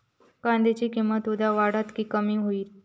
कांद्याची किंमत उद्या वाढात की कमी होईत?